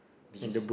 which is